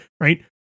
right